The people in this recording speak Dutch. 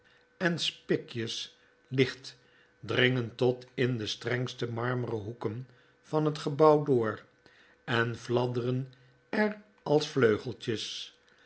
en spikjes licht dringen tot in de strengste marmeren hoeken van het gebouw door en fladderen er als vleugeltjes